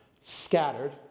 scattered